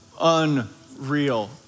unreal